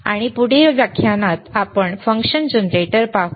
आणि पुढील व्याख्यानात आपण फंक्शन जनरेटर पाहू